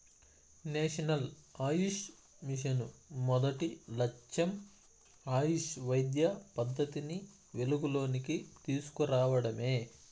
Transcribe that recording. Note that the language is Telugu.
నేషనల్ ఆయుష్ మిషను మొదటి లచ్చెం ఆయుష్ వైద్య పద్దతిని వెలుగులోనికి తీస్కు రావడమే